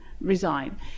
resign